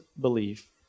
belief